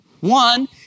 One